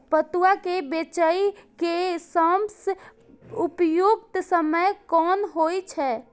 पटुआ केय बेचय केय सबसं उपयुक्त समय कोन होय छल?